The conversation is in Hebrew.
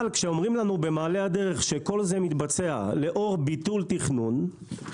אבל כשאומרים לנו במעלה הדרך שכל זה מתבצע לאור ביטול תכנון,